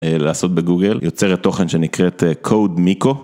לעשות בגוגל, יוצרת תוכן שנקראת CodeMiko.